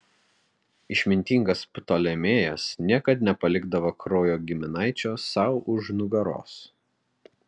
išmintingas ptolemėjas niekad nepalikdavo kraujo giminaičio sau už nugaros